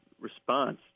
response